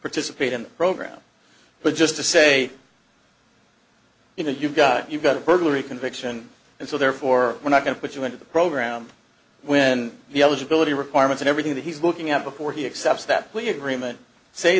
participate in the program but just to say you know you've got you've got a burglary conviction and so therefore we're not going to put you into the program when the eligibility requirements everything that he's looking at before he accepts that plea agreement say